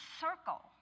circle